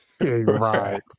Right